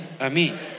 Amen